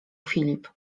filip